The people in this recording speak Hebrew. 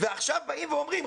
ועכשיו באים ואומרים,